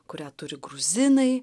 kurią turi gruzinai